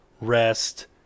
rest